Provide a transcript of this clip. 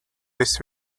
this